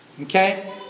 Okay